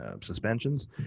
suspensions